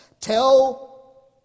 Tell